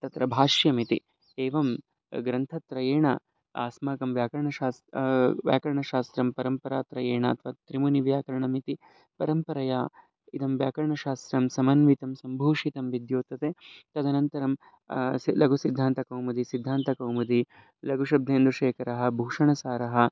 तत्र भाष्यमिति एवं ग्रन्थत्रयेण आस्माकं व्याकरणशास्त्रं व्याकरणशास्त्रं परमपरात्रयेण तत् त्रिमुनिः व्याकरणमिति परम्परया इदं व्याकरणशास्त्रं समन्वितं सम्भूषितं विद्योतते तदनन्तरं सि लघुसिद्धान्तकौमुदी सिद्धान्तकौमुदी लघुशब्देन्दुशेखरः भूषणसारः